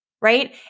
right